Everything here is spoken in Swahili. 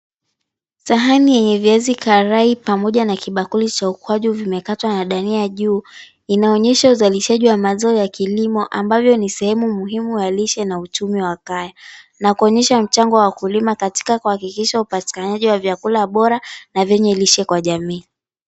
Sahani yenye viazi karai, pamoja na kibakuli cha ukwaju, vimekatwa na dania juu, inaonyesha uzalishaji wa mazao ya kilimo, ambavyo ni sehemu muhimu ya lishe na uchumi wakaya, na kuonyesha mchango wa kulima katika kuhakikisha upatikanaji wa vyakula bora na venye lishe kwa jamii.